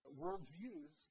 worldviews